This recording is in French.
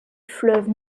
fleuve